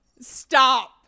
Stop